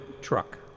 truck